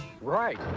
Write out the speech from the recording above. Right